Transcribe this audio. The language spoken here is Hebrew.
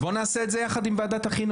אז בוא נעשה את זה יחד עם ועדת החינוך.